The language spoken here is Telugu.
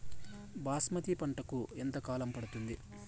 బాస్మతి పంటకు ఎంత కాలం పడుతుంది?